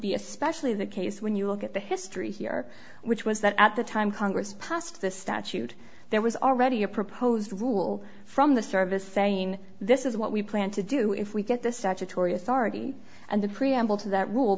be especially the case when you look at the history here which was that at the time congress passed the statute there was already a proposed rule from the service saying this is what we plan to do if we get this statutory authority and the preamble to that rule